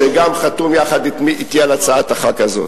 שגם חתום יחד אתי על הצעת החוק הזאת,